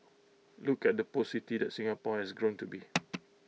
look at the post city that Singapore has grown to be